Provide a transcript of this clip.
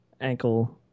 ankle-